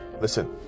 Listen